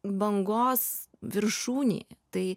bangos viršūnėje tai